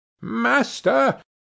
Master